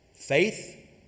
Faith